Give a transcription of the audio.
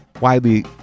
widely